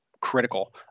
critical